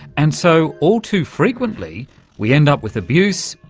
and so all too frequently we end up with abuse,